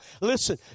Listen